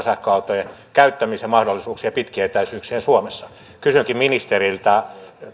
sähköautojen käyttämisen mahdollisuuksia pitkien etäisyyksien suomessa kysynkin ministeriltä